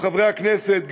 חברי הכנסת,